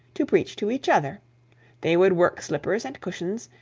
to preach to each other they would work slippers and cushions,